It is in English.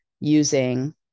using